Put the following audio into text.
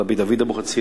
רבי דוד אבוחצירא